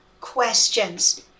questions